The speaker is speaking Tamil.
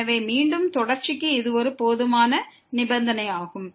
எனவே மீண்டும் தொடர்ச்சிக்கு இது ஒரு போதுமான நிபந்தனையாகும்